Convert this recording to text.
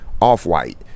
Off-White